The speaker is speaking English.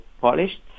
polished